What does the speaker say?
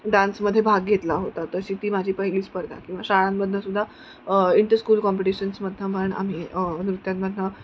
डान्समध्ये भाग घेतला होता तशी ती माझी पहिली स्पर्धा किंवा शाळांमधून सुद्धा इंटर स्कूल कॉम्पिटिशन्समधून म्हण आम्ही नृत्यांमधून